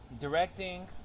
directing